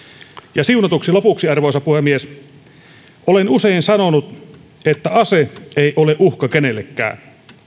ja siunatuksi lopuksi arvoisa puhemies olen usein sanonut että ase ei ole uhka kenellekään